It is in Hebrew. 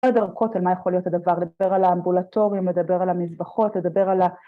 הדרכות על מה יכול להיות הדבר לדבר על האמבולטורים לדבר על המזבחות לדבר על